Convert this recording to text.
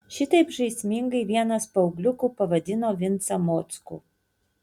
šitaip žaismingai vienas paaugliukų pavadino vincą mockų